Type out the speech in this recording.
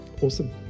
Awesome